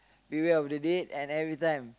beware of the date and every time